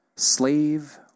Slave